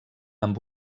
amb